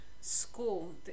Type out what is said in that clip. school